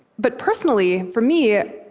but personally, for me,